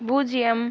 பூஜ்யம்